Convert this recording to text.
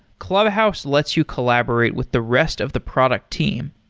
clubhouse lets you collaborate with the rest of the product team.